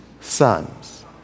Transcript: sons